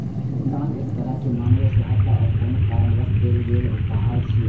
दान एक तरहक मानवीय सहायता आ कोनो कारणवश देल गेल उपहार छियै